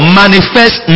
manifest